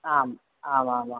आम् आमामाम्